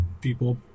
people